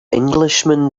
englishman